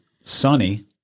sunny